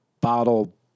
bottle